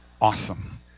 awesome